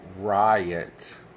riot